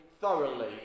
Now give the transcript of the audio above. thoroughly